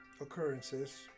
occurrences